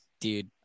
dude